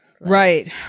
Right